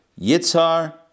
Yitzhar